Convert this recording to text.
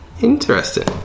interesting